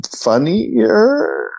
funnier